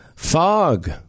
Fog